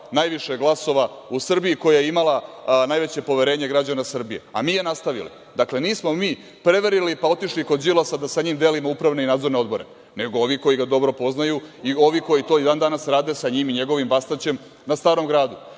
najviše glasova u Srbiji, koja je imala najveće poverenje građana Srbije, a mi je nastavili. Dakle, nismo mi prevarili, pa otišli kod Đilasa da sa njim delimo upravne i nadzorne odbore, nego ovi koji ga dobro poznaju i ovi koji to i dan danas rade sa njim i njegovim Bastaćem na Starom gradu.